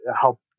help